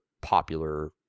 popular